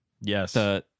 Yes